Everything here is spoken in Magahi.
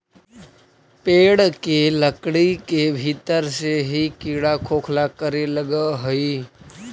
पेड़ के लकड़ी के भीतर से ही कीड़ा खोखला करे लगऽ हई